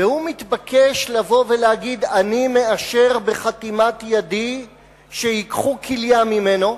והוא מתבקש לבוא ולהגיד: אני מאשר בחתימת ידי שייקחו כליה ממנו,